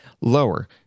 lower